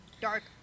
dark